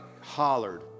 hollered